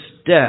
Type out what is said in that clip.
step